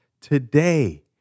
today